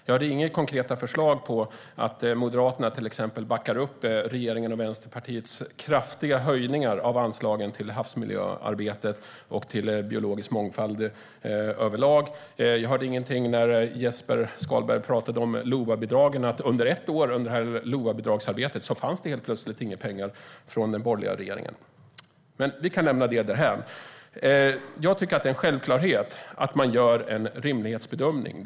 Jag hörde inga konkreta förslag, till exempel att Moderaterna backar upp regeringens och Vänsterpartiets kraftiga höjningar av anslagen till havsmiljöarbetet och till biologisk mångfald överlag. Och när du talade om LOVA-bidraget hörde jag inget om att det under ett år inte fanns några pengar till detta från den borgerliga regeringen. Men låt oss lämna det därhän. Jag tycker att det är en självklarhet att man gör en rimlighetsbedömning.